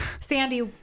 Sandy